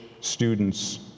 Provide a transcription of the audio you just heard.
students